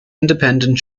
independent